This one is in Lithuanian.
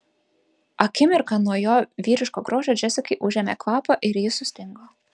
akimirką nuo jo vyriško grožio džesikai užėmė kvapą ir ji sustingo